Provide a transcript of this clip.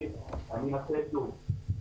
אני אנסה שוב.